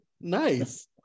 Nice